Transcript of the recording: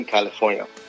California